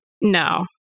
No